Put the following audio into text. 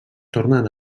tornen